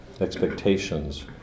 expectations